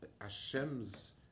Hashem's